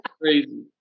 Crazy